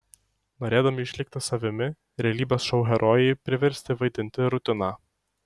norėdami išlikti savimi realybės šou herojai priversti vaidinti rutiną